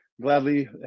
gladly